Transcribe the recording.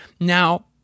Now